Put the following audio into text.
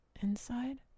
inside